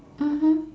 mmhmm